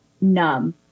numb